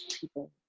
people